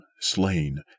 slain